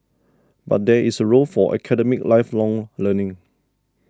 but there is a role for academic lifelong learning